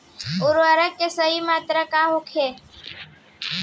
उर्वरक के सही मात्रा का होखे?